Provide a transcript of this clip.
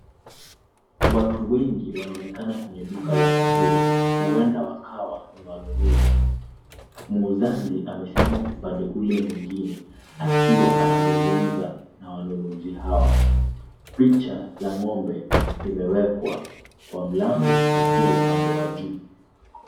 Watu wengi wanaonekana kwenye duka la maziwa huenda wakawa ni wanunuzi. Muuzaji amesimama upande ule mwingine akiwa anazungumza na wanunuzi hawa. Picha la ng'ombe limewekwa kwa mlango na pia upande wa juu.